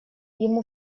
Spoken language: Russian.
ему